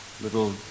little